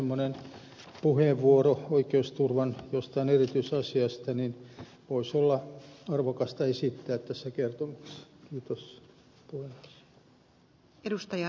semmoinen puheenvuoro oikeusturvan jostain erityisasiasta voisi olla arvokasta esittää tässä kertomuksessa